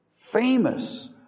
famous